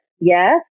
yes